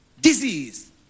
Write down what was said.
disease